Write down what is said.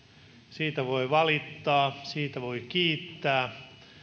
siitä voi valittaa siitä voi kiittää